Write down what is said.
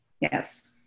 Yes